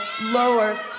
lower